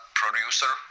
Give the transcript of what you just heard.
producer